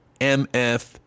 MF